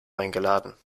eingeladen